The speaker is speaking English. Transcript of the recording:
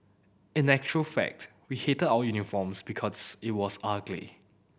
in actual fact we hated our uniforms because it was ugly